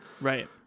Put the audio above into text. Right